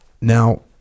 now